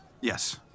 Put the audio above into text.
Yes